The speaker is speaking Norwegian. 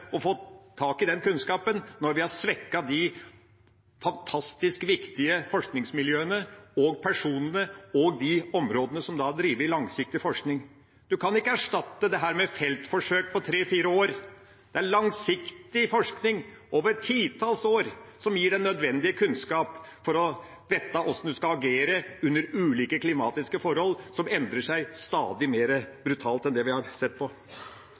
å få tak i den kunnskapen når vi har svekket de fantastisk viktige forskningsmiljøene, personene og områdene som har drevet langsiktig forskning. Man kan ikke erstatte dette med feltforsøk på tre–fire år. Det er langsiktig forskning over titalls år som gir den nødvendige kunnskap for å vite hvordan man skal agere under ulike klimatiske forhold, som endrer seg stadig mer brutalt enn vi tidligere har sett.